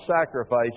sacrifice